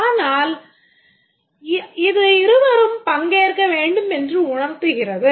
அனால் இது இருவரும் பங்கேற்க வேண்டுமென்று உணர்த்துகிறது